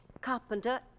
Carpenter